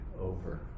over